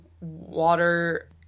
water